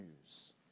news